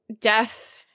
death